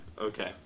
Okay